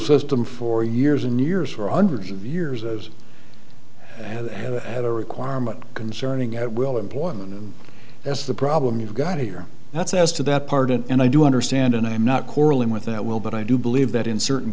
system for years and years for hundreds of years as and have had a requirement concerning at will employment and that's the problem you've got here that's as to that part and i do understand and i'm not corley with that will but i do believe that in certain